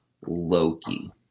Loki